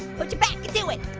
put your back into it.